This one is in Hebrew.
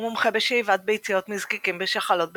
הוא מומחה בשאיבת ביציות מזקיקים בשחלות בלפרוסקופיה.